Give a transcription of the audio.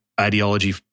ideology